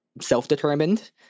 self-determined